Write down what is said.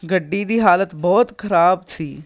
ਗੱਡੀ ਦੀ ਹਾਲਤ ਬਹੁਤ ਖ਼ਰਾਬ ਸੀ